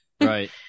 Right